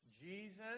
Jesus